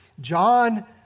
John